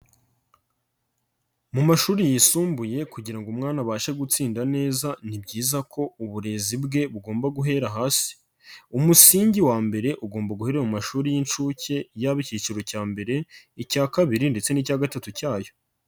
Mu mashuri yisumbuye kugira ngo umwana abashe gutsinda neza, ni byiza ko uburezi bwe bugomba guhera hasi. Umusingi wa mbere ugomba guhera mu mashuri y'inshuke, yaba icyiciro cya mbere, icya kabiri ndetse n'icya gatatu cyayo.